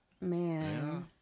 Man